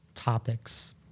Topics